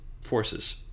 forces